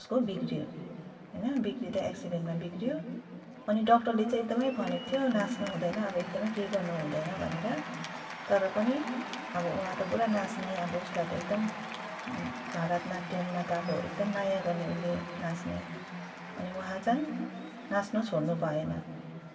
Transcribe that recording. उसको बिग्रियो होइन बिग्रिन्दै एक्सिडेन्टमा बिग्रियो अनि डक्टरले चाहिँ एकदमै भनेको थियो नाच्नु हुँदैन अब एकदमै केही गर्नु हुँदैन भनेर तर पनि अब उहाँ त पुरा नाच्ने अब उसलाई त एकदम भरतनाट्यममा त अब एकदम माया गर्ने उसले नाच्ने अनि उहाँ चाहिँ नाच्नु छोड्नु भएन